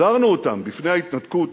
הזהרנו אותם מפני ההתנתקות,